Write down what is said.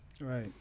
Right